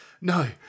no